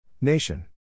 Nation